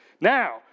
Now